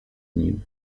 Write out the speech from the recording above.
nim